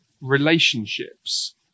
relationships